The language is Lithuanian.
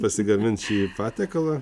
pasigamint šį patiekalą